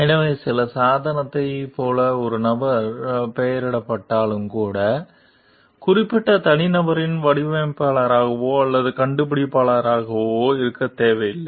எனவே சில சாதனத்தைப் போல ஒரு நபருக்கு பெயரிடப்பட்டாலும் கூட குறிப்பிட்ட தனிநபர் வடிவமைப்பாளராகவோ அல்லது கண்டுபிடிப்பாளராகவோ இருக்க தேவையில்லை